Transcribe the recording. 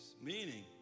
Meaning